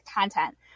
content